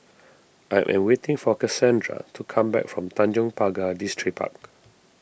I am waiting for Casandra to come back from Tanjong Pagar Distripark